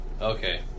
Okay